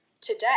today